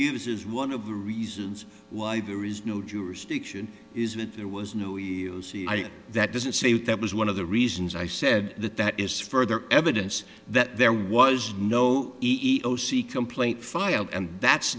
fuses one of the reasons why there is no jurisdiction is when there was no that doesn't say that that was one of the reasons i said that that is further evidence that there was no e e o c complaint filed and that's